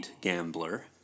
gambler